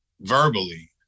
verbally